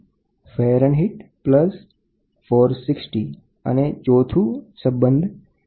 વિવિધ પ્રકારના ટેમ્પરેચર સ્કેલને ઉપર મુજબ વર્ણવી શકાય છે